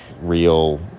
real